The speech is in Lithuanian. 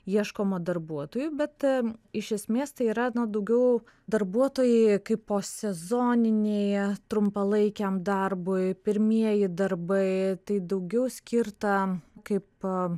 ieškoma darbuotojų bet iš esmės tai yra daugiau darbuotojai kaipo sezoniniai trumpalaikiam darbui pirmieji darbai tai daugiau skirta kaip